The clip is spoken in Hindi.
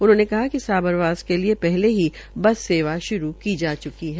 उनहोंने कहा कि साबरवास के लिये पहले ही बस सेवा शुरू की जा चुकी है